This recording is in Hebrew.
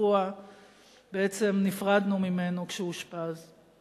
והשבוע בעצם נפרדנו ממנו כשהוא אושפז.